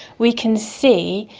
we can see,